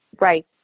Right